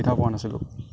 সুবিধা পোৱা নাছিলোঁ